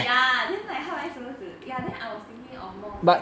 ya then like how am I suppose to ya then I was thinking of more like